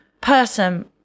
person